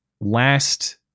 last